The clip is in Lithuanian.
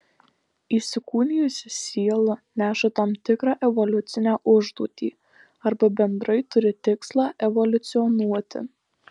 įsikūnijusi siela neša tam tikrą evoliucinę užduotį arba bendrai turi tikslą evoliucionuoti